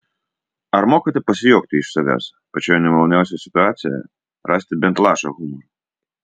ar mokate pasijuokti iš savęs pačioje nemaloniausioje situacijoje rasti bent lašą humoro